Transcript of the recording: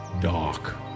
dark